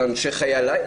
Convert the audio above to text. של אנשי חיי הלילה,